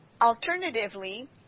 Alternatively